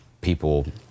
people